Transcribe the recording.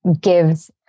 gives